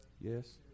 yes